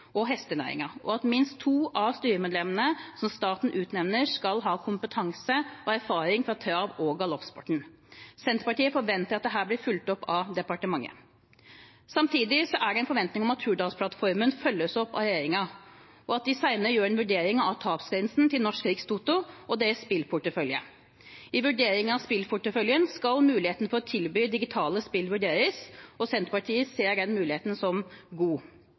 og hestenæringen, og at minst to av styremedlemmene som staten utnevner, skal ha kompetanse og erfaring fra trav- og galoppsporten. Senterpartiet forventer at dette blir fulgt opp av departementet. Samtidig er det en forventning om at Hurdalsplattformen følges opp av regjeringen, og at de senere gjør en vurdering av tapsgrensen til Norsk Rikstoto og deres spillportefølje. I vurdering av spillporteføljen skal muligheten for å tilby digitale spill vurderes, og Senterpartiet ser den muligheten som god.